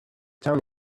town